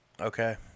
Okay